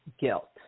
guilt